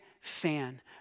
fan